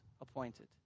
appointed